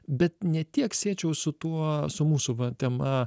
bet ne tiek siečiau su tuo su mūsų va tema